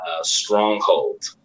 stronghold